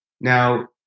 Now